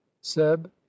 seb